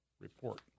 report